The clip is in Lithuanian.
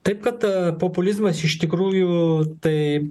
taip kad populizmas iš tikrųjų tai